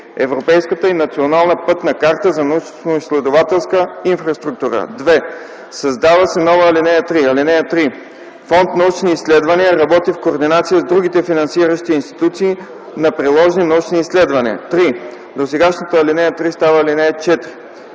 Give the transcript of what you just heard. Европейската и национална пътна карта за научноизследователска инфраструктура.” 2. Създава се нова ал. 3: „(3) Фонд „Научни изследвания” работи в координация с другите финансиращи институции на приложни научни изследвания.” 3. Досегашната ал. 3 става ал. 4.